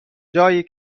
جایی